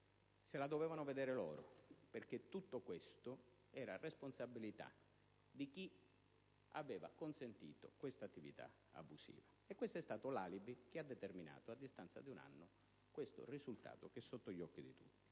se la dovevano vedere loro, perché tutto questo era responsabilità di chi aveva consentito quell'attività abusiva. Questo è stato l'alibi che ha determinato, a distanza di un anno, il risultato che è sotto gli occhi di tutti,